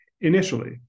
initially